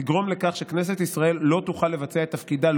תגרום לכך שכנסת ישראל לא תוכל לבצע את תפקידה,